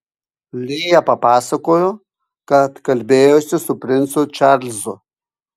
lėja papasakojo kad kalbėjosi su princu čarlzu